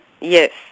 Yes